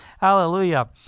hallelujah